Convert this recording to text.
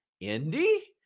Indy